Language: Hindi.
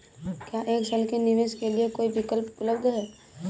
क्या एक साल के निवेश के लिए कोई विकल्प उपलब्ध है?